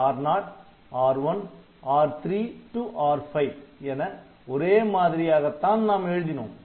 R0 R1 R3 R5 என ஒரே மாதிரியாகத்தான் நாம் எழுதினோம்